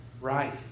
right